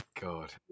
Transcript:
God